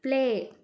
play